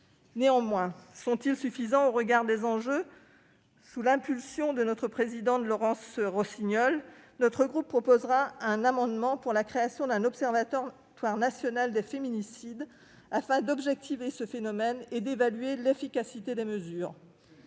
Néanmoins, sont-ils suffisants au regard des enjeux ?